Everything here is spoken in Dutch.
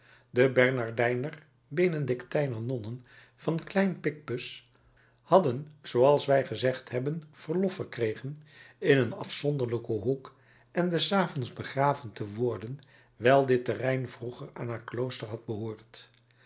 de bernardijner benedictijner nonnen van klein picpus hadden zooals wij gezegd hebben verlof verkregen in een afzonderlijken hoek en des avonds begraven te worden wijl dit terrein vroeger aan haar klooster had behoord